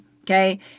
Okay